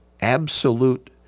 absolute